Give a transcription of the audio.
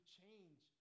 change